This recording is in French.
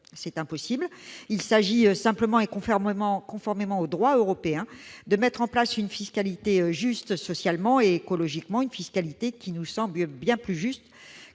de transport ? Il s'agit simplement, conformément au droit européen, de mettre en place une fiscalité juste socialement et écologiquement, une fiscalité qui nous semble bien plus juste